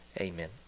Amen